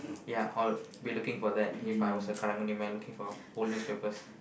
ya I'll be I'll be looking for that If I was a karang-guni man looking for newspapers